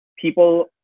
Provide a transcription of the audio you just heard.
People